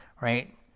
Right